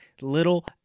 little